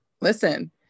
Listen